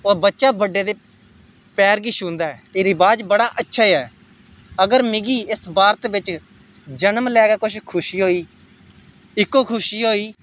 होर बच्चा बड्डे दे पैर गी छूंह्दा ऐ एह् रवाज बड़ा अच्छा ऐ अगर मिगी एस भारत बिच्च जनम लेइयै कुश खुशी होई इक्को खुशी होई